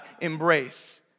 embrace